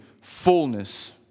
fullness